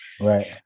Right